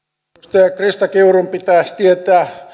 edustaja krista kiurun pitäisi tietää